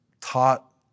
taught